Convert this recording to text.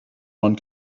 one